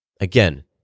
again